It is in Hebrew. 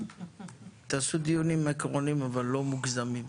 תעשו דיונים עקרוניים אבל לא מוגזמים.